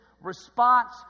response